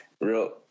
real